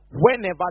whenever